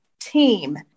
team